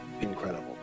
Incredible